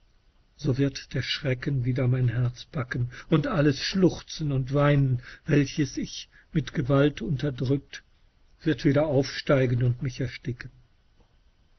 so wird der schrecken wieder mein herz packen und alles schluchzen und weinen welches ich mit gewalt unterdrückt wird wieder aufsteigen undmichersticken